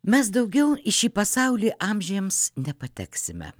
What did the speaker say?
mes daugiau į šį pasaulį amžiams nepateksime